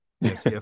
Yes